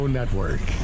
Network